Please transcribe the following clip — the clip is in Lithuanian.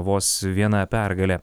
vos viena pergalė